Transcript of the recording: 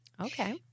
Okay